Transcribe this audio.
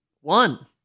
One